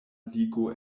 ligo